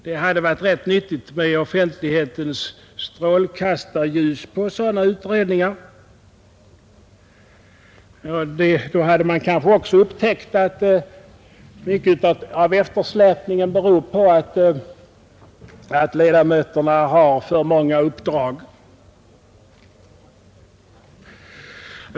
Det hade varit rätt nyttigt med offentlighetens strålkastarljus på sådana utredningar. Då hade det kanske också upptäckts att mycket av eftersläpningen beror på att ledamöterna har för många uppdrag.